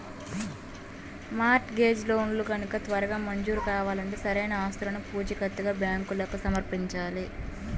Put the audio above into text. mart gauge లోన్లు గనక త్వరగా మంజూరు కావాలంటే సరైన ఆస్తులను పూచీకత్తుగా బ్యాంకులకు సమర్పించాలి